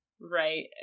right